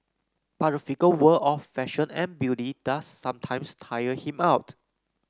but the fickle world of fashion and beauty does sometimes tire him out